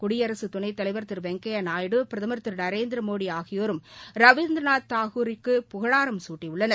குடியரசுத் துணைத் தலைவர் வெங்கய்யா பிரதமர் திரு நரேந்திரமோடி ஆகியோரும் ரவீந்திரநாத் தாகூருக்கு புகழாரம் சூட்டியுள்ளனர்